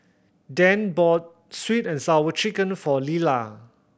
Dane bought Sweet And Sour Chicken for Lela